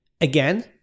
again